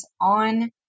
on